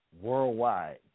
worldwide